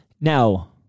Now